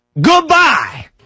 goodbye